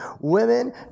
women